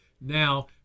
now